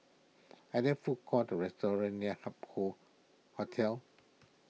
are there food courts or restaurants near Hup Hoe Hotel